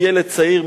ילד צעיר,